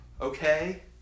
okay